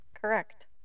Correct